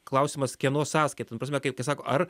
klausimas kieno sąskaita ta prasme kaip kai sako ar